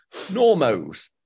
normos